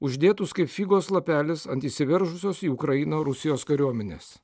uždėtus kaip figos lapelis ant įsiveržusios į ukrainą rusijos kariuomenės